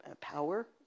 power